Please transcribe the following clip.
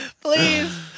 Please